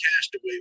Castaway